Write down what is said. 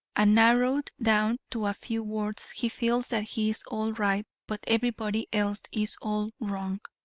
and narrowed down to a few words he feels that he is all right but everybody else is all wrong.